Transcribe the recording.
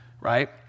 right